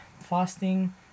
fasting